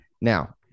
Now